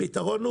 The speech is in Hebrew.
הפתרון,